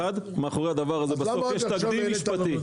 מאחורי הדבר הזה בסוף יש תקדים משפטי.